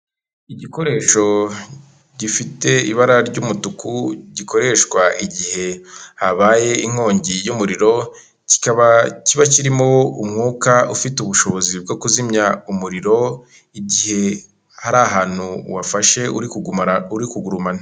Igikoresho gifite ibara ry'umutuku gikoreshwa igihe habaye inkongi y'umuriro, kiba kiba kirimo umwuka ufite ubushobozi bwo kuzimya umuriro igihe hari ahantu wafashe uri kugurumana.